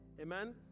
Amen